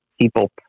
people